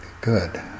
Good